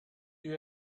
you